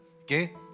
Okay